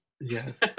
Yes